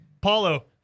Paulo